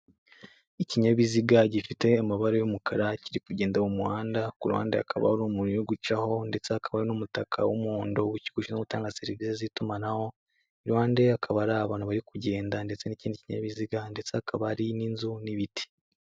Ikinyabiziga gifite amabara y'umukara, kiri kugenda mu muhanda, ku ruhande hakaba hari umuntu uri gucaho ndetse hakaba n'umutaka w'umuhondo w'ushinzwe gutanga serivise z'itumanaho, iruhande hakaba hari abantu bari kugenda ndetse n'ikindi kinyabiziga ndetse hakaba hari n'inzu n'ibiti.